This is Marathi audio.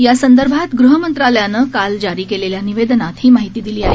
यासंदर्भात गृहमंत्रालयानं काल जारी केलेल्या निवेदनात ही माहिती दिली आहे